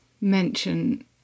mention